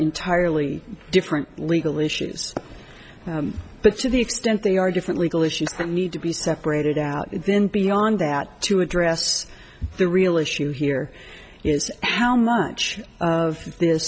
entirely different legal issues but to the extent they are different legal issues that need to be separated out then beyond that to address the real issue here is how much of th